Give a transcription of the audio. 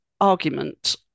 argument